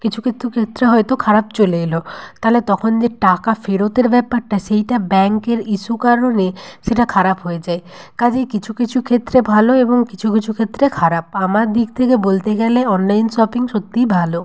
কিছু কিছু ক্ষেত্রে হয়তো খারাপ চলে এলো তাহলে তখন যে টাকা ফেরতের ব্যাপারটা সেইটা ব্যাঙ্কের ইস্যু কারণে সেটা খারাপ হয়ে যায় কাজেই কিছু কিছু ক্ষেত্রে ভালো এবং কিছু কিছু ক্ষেত্রে খারাপ আমার দিক থেকে বলতে গেলে অনলাইন শপিং সত্যিই ভালো